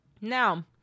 Now